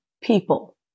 people